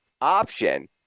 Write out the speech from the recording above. option